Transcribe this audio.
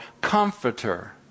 comforter